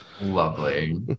lovely